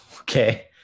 okay